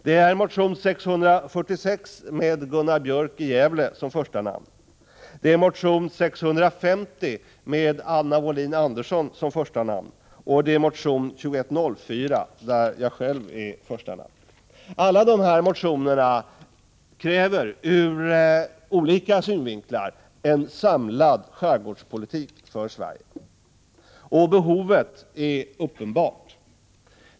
Det är motion 646 av Gunnar Björk i Gävle och Gunnel Jonäng, motion 650 med Anna Wohlin-Andersson som första namn och motion 2104 med mitt namn som första namn. I alla dessa motioner krävs, ur olika synvinklar, en samlad skärgårdspolitik för Sverige. Behovet är uppenbart.